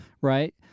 Right